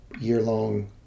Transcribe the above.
year-long